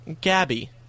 Gabby